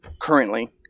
currently